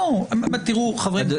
חברים,